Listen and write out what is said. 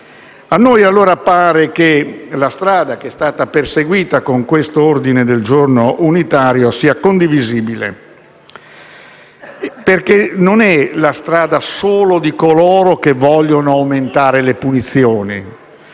A noi appare allora che la strada perseguita con quest'ordine del giorno unitario sia condivisibile, perché non è quella solo di coloro che vogliono l'aumento delle punizioni